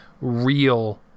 real